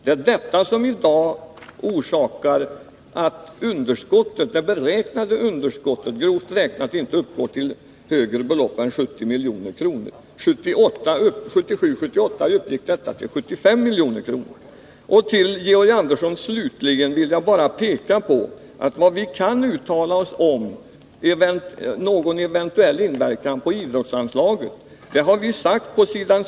Det är orsaken till att underskottet i dag, grovt räknat, inte väntas uppgå till högre belopp än 70 milj.kr. — 1977/78 uppgick detta belopp till 75 milj.kr. Till Georg Andersson, slutligen, vill jag bara säga att vad vi kan uttala oss om när det gäller någon eventuell inverkan på idrottsanslagen har vi sagt på s. 6i betänkandet.